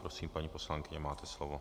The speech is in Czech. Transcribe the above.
Prosím, paní poslankyně, máte slovo.